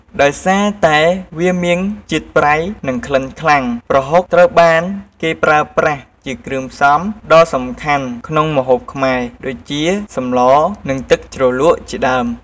ដោយសារតែវាមានជាតិប្រៃ និងក្លិនខ្លាំង ប្រហុកត្រូវបានគេប្រើប្រាស់ជាគ្រឿងផ្សំដ៏សំខាន់ក្នុងម្ហូបខ្មែរ ដូចជាសម្ល និងទឹកជ្រលក់ជាដើម។